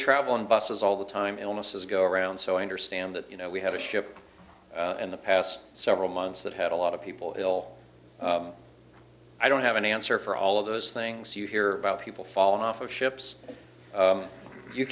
travel on buses all the time illnesses go around so i understand that you know we have a ship in the past several months that had a lot of people ill i don't have an answer for all of those things you hear about people falling off of ships